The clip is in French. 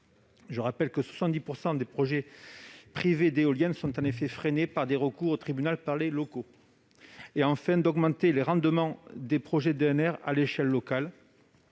le rappelle, 70 % des projets privés d'éoliennes sont freinés par des recours au tribunal par les locaux. Enfin, il vise à augmenter les rendements des projets d'EnR à l'échelle locale.